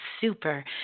super